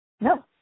No